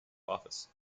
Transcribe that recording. office